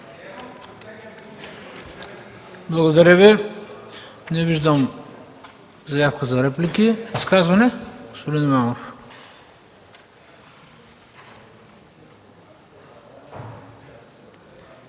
Благодаря Ви. Не виждам заявка за реплика. За изказване – господин Имамов.